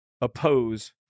oppose